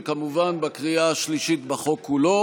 וכמובן בקריאה השלישית בחוק כולו.